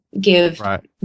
Give